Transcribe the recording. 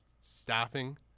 staffing